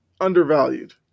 undervalued